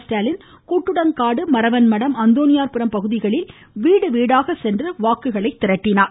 ஸ்டாலின் கூட்டுடன்காடு மரவன்மடம் அந்தோணியார்புரம் பகுதிகளில் வீடு வீடாக சென்று வாக்கு சேகரித்தார்